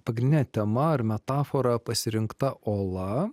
pagrindine tema ar metafora pasirinkta ola